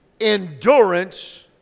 endurance